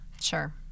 Sure